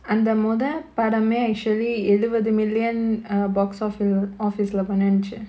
அந்த முத படமே:andha mudha padamae actually எழுவது:eluvathu million err box offi~ office பண வன்சு:pana vanchu